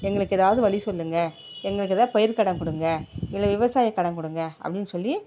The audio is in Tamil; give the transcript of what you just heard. எங்களுக்கு ஏதாவது வழி சொல்லுங்கள் எங்களுக்கு ஏதாவது பயிர் கடன் கொடுங்க இல்லை விவசாய கடன் கொடுங்க அப்படினு சொல்லி